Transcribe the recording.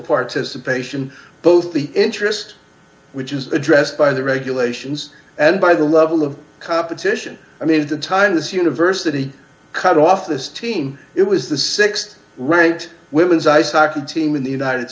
participation both the interest which is addressed by the regulations and by the level of competition i made the time this university cut off this team it was the th right women's ice hockey team in the united